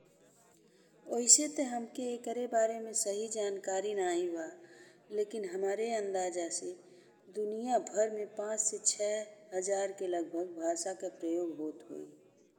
वैसे ते हमके ईकरे बारे में सही जानकारी नाहीं बा, लेकिन हमारे अंदाजा से दुनिया भर में पाँच से छः हजार के लगभग भाषा के प्रयोग होत होई।